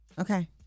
Okay